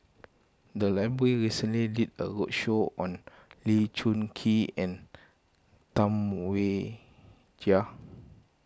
the library recently did a roadshow on Lee Choon Kee and Tam Wai Jia